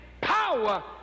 power